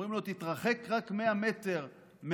אומרים לו, תתרחק רק 100 מטר מהבית,